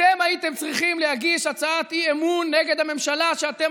אתם הייתם צריכים להגיש הצעת אי-אמון נגד הממשלה שאתם